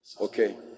okay